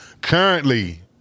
Currently